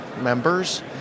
members